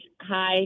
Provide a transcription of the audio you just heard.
Hi